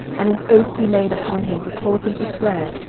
and an oath be laid upon him to cause him to swear,